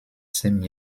same